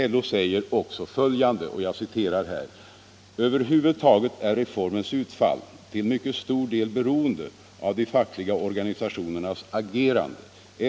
LO säger också följande: ”Över huvud taget är reformens utfall till mycket stor del beroende av de fackliga organisationernas agerande.